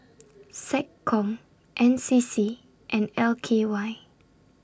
Seccom N C C and L K Y